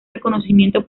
reconocimiento